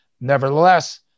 Nevertheless